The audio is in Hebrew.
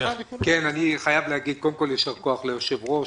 אני חייב להגיד קודם כול יישר כוח ליושב-ראש.